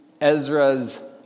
Ezra's